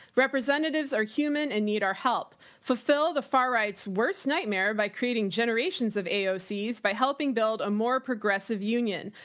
representatives are human and need our help fulfill the far right's worst nightmare by creating generations of aoc by helping build a more progressive union.